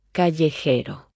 callejero